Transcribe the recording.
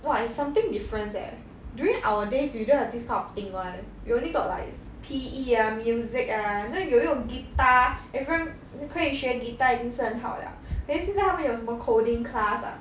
!wah! is something different eh during our days we don't have this of thing [one] we only got like s~ P_E ah music ah you know 有用 guitar everyone 可以学 guitar 已经是很好了 then 现在他们有什么 coding class ah